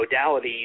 modalities